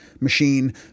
machine